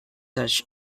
such